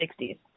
60s